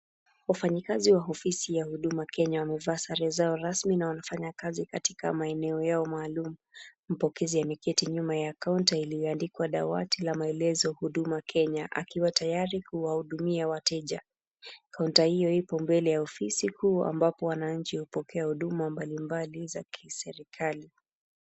Wafanya kazi wa huduma kenya wamevaa sare zao rasmi na wanafanya kazi katika maeneo yao maalum. Mpokezi ameketi nyuma ya kaunta iliyoandikwa dawati la maelezo huduma kenya akiwa tayari kuwahudumia wateja kaunta hiyo iko mbele ya ofisi kuu ambapo wananchi hupokea huduma mbalimbali za kiserekali.